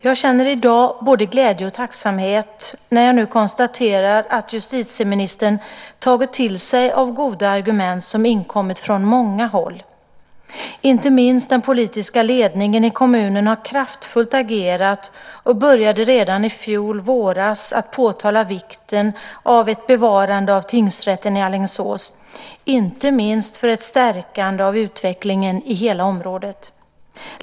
Jag känner i dag både glädje och tacksamhet när jag nu konstaterar att justitieministern tagit till sig av goda argument som inkommit från många håll. Inte minst den politiska ledningen i kommunen har agerat kraftfullt och började redan i fjol våras att påpeka vikten av ett bevarande av tingsrätten i Alingsås, inte minst för att stärka utvecklingen i hela området.